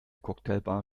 cocktailbar